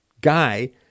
guy